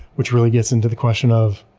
which really gets into the question of,